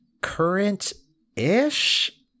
current-ish